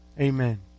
Amen